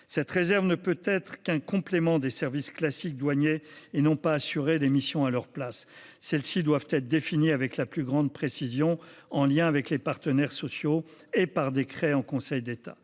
Cette réserve ne peut être qu’un complément des services classiques douaniers. Elle ne permettra pas d’assurer leurs missions à leur place. Ces dernières doivent d’ailleurs être définies avec la plus grande précision, en lien avec les partenaires sociaux et par décret en Conseil d’État.